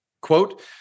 Quote